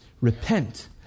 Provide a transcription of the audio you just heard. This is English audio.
Repent